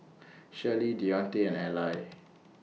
Shirley Deonte and Allie